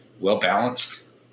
well-balanced